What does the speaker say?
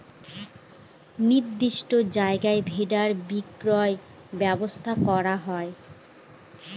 নির্দিষ্ট জায়গায় ভেড়া বিক্রির ব্যবসা করা হয়